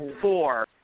Four